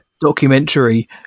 documentary